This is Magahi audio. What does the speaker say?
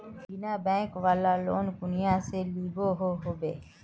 बिना बैंक वाला लोन कुनियाँ से मिलोहो होबे?